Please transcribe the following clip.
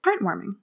heartwarming